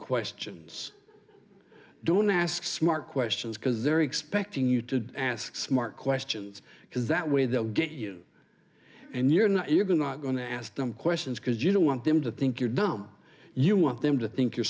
questions don't ask smart questions because they're expecting you to ask smart questions because that way they'll get you and you're not you're going not going to ask them questions because you don't want them to think you're dumb you want them to think you're